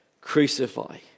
Crucify